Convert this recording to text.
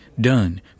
done